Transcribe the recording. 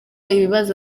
ikibazo